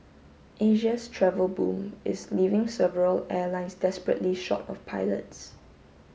Asia's travel boom is leaving several airlines desperately short of pilots